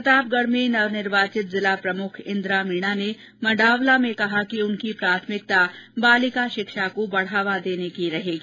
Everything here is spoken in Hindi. प्रतापगढ़ में नव निर्वाचित जिला प्रमुख इंदिरा मीणा ने मडावला में कहा कि उनकी प्राथमिकता बालिका शिक्षा को बढ़ावा देने पर रहेगी